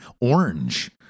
orange